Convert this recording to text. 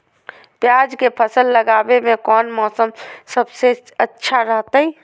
प्याज के फसल लगावे में कौन मौसम सबसे अच्छा रहतय?